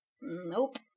Nope